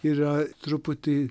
yra truputį